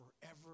forever